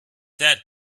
that